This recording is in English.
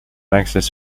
access